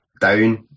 down